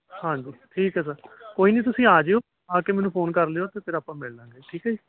ਹਾਂਜੀ ਠੀਕ ਹੈ ਸਰ ਕੋਈ ਨਹੀਂ ਤੁਸੀਂ ਆ ਜਿਓ ਆ ਕੇ ਮੈਨੂੰ ਫੋਨ ਕਰ ਲਿਓ ਅਤੇ ਫਿਰ ਆਪਾਂ ਮਿਲ ਲਵਾਂਗੇ ਠੀਕ ਹੈ ਜੀ